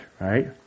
right